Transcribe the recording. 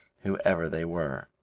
whoever they were.